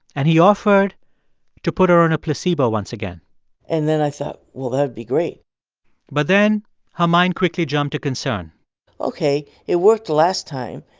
and he offered to put her on a placebo once again and then i thought, well, that would be great but then her mind quickly jumped to concern ok, it worked last time.